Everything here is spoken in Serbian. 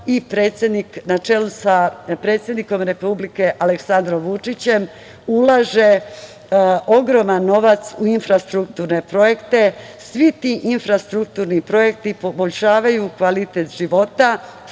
Vlada i na čelu sa predsednikom Republike Aleksandrom Vučićem ulaže ogroman novac u infrastrukturne projekte. Svi ti infrastrukturni projekti poboljšavaju kvalitet života